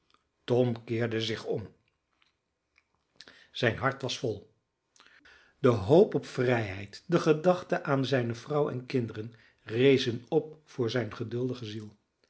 tom keerde zich om zijn hart was vol de hoop op vrijheid de gedachte aan zijne vrouw en kinderen rezen op voor zijn geduldige ziel